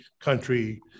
country